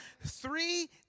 three